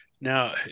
Now